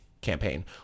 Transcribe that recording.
campaign